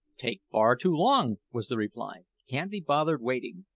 take far too long, was the reply can't be bothered waiting.